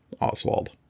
oswald